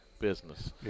business